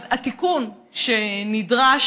אז התיקון נדרש,